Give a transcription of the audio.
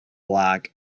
block